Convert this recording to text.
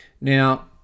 Now